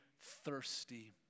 thirsty